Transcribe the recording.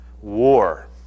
war